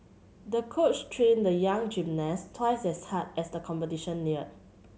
the coach trained the young gymnast twice as hard as the competition neared